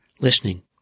listening